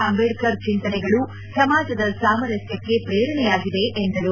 ಅಂಬೇಡ್ಕರ್ ಚಿಂತನೆಗಳು ಸಮಾಜದ ಸಾಮರಸ್ಟಕ್ಕೆ ಪ್ರೇರಣೆಯಾಗಿವೆ ಎಂದರು